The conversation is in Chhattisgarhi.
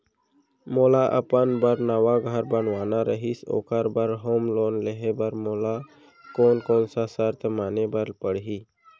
मोला अपन बर नवा घर बनवाना रहिस ओखर बर होम लोन लेहे बर मोला कोन कोन सा शर्त माने बर पड़ही?